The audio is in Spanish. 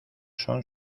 son